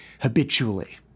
habitually